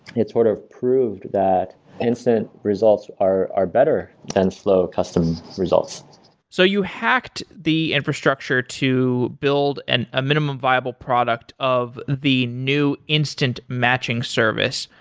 it sort of proved that instant results are are better than slow custom results so you hacked the infrastructure to build and a minimum viable product of the new instant matching service,